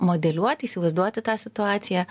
modeliuoti įsivaizduoti tą situaciją